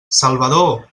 salvador